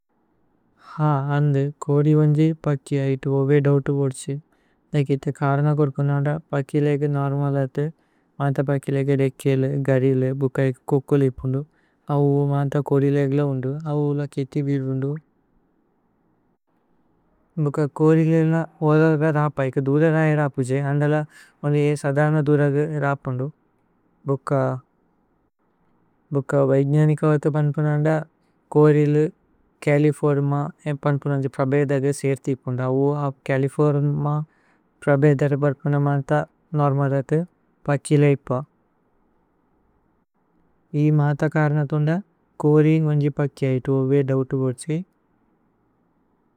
ഹ അന്ദു കോരി വന്ജി പക്കി ഐതു ഓവേ ദൌതു ബോദു സി। നേകിത കരനകോര് പുനന്ദ പക്കി ലഗു നോര്മല് അതു। മത പക്കി ലഗു രേക്കിഅലു ഗരിലു ബുകൈക് കുകുലി। പുന്ദു മത പക്കി ലഗു രേക്കിഅലു ഗരിലു ബുകൈക്। കുകുലിപുന്ദു അവു മത കോരി ലഗുല ഉന്ദു അവു ല। കിത്തിദിരുന്ദു ഭുക കോരി ലില ഹോരോ ലഗ ര പൈക്। ദുര രയ ര പുജ അന്ദല മന്ജി സദന ദുര ഗ। ര പുന്ദു ഭുക കോരി ലില ഹോരോ ലഗ ര പൈക് ദുര। ഭുക കോരി ലില ഹോരോ ലഗ ര പൈക് ദുര രയ ര। പുജ അന്ദല മന്ജി സദന ദുര ഗ ര പുന്ദു।